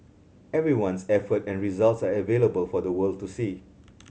everyone's effort and results are available for the world to see